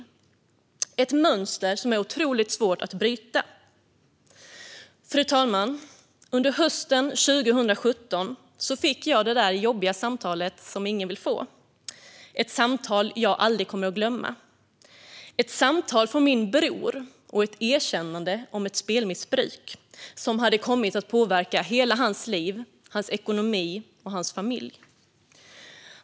Det är ett mönster som det är otroligt svårt att bryta. Fru talman! Under hösten 2017 fick jag det där jobbiga samtalet som ingen vill få - ett samtal som jag aldrig kommer att glömma. Det var ett samtal från min bror och ett erkännande om ett spelmissbruk som hade kommit att påverka hela hans liv, hans ekonomi och hans familj.